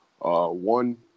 one